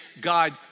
God